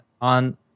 On